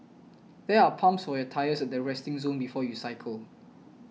there are pumps for your tyres at the resting zone before you cycle